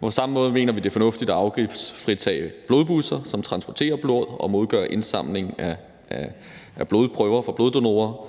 På samme måde mener vi, det er fornuftigt at afgiftsfritage blodbusser, der transporterer blod og foretager indsamlingen af blodprøver fra bloddonorer,